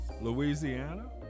Louisiana